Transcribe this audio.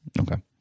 okay